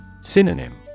Synonym